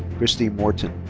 kristy morton.